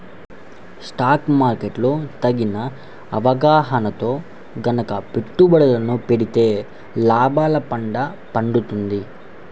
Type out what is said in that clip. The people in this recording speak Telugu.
స్టాక్ మార్కెట్ లో తగిన అవగాహనతో గనక పెట్టుబడులను పెడితే లాభాల పండ పండుతుంది